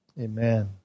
Amen